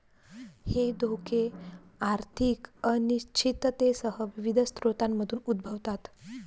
हे धोके आर्थिक अनिश्चिततेसह विविध स्रोतांमधून उद्भवतात